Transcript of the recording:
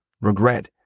regret